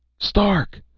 stark!